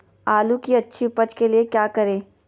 आलू की अच्छी उपज के लिए क्या करें?